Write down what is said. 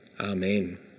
Amen